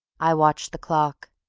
i watched the clock.